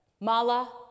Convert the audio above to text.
Mala